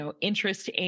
interest